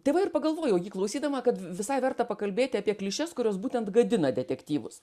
tai va ir pagalvojau jį klausydama kad visai verta pakalbėt apie klišes kurios būtent gadina detektyvus